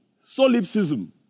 solipsism